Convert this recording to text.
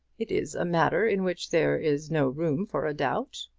it is a matter in which there is no room for a doubt.